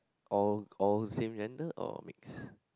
old old same gender or mix